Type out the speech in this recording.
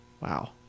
Wow